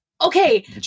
Okay